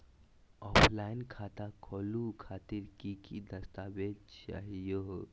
Offline खाता खोलहु खातिर की की दस्तावेज चाहीयो हो?